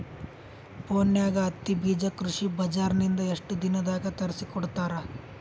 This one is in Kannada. ಫೋನ್ಯಾಗ ಹತ್ತಿ ಬೀಜಾ ಕೃಷಿ ಬಜಾರ ನಿಂದ ಎಷ್ಟ ದಿನದಾಗ ತರಸಿಕೋಡತಾರ?